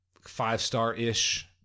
Five-star-ish